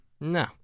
No